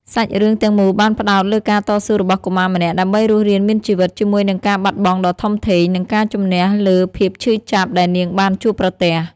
សាច់រឿងទាំងមូលបានផ្តោតលើការតស៊ូរបស់កុមារម្នាក់ដើម្បីរស់រានមានជីវិត ជាមួយនឹងការបាត់បង់ដ៏ធំធេង និងការជម្នះលើភាពឈឺចាប់ដែលនាងបានជួបប្រទះ។